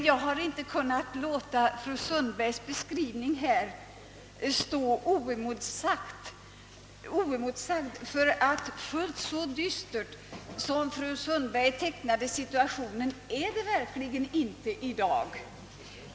Jag kan dock inte låta fru Sundbergs beskrivning här stå oemotsagd, ty fullt så dyster som fru Sundberg tecknade situationen är den verkligen inte i dag.